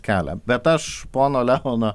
kelia bet aš pono leono